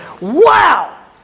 Wow